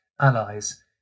allies